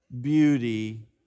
Beauty